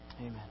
Amen